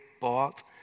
bought